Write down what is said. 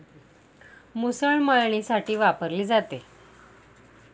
मुसळ मळणीसाठी वापरली जाते